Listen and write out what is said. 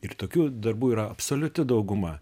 ir tokių darbų yra absoliuti dauguma